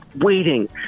waiting